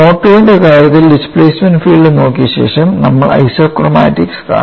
mode II ന്റെ കാര്യത്തിൽ displacement field നോക്കിയ ശേഷം നമ്മൾ ഐസോക്രോമാറ്റിക്സ് കാണും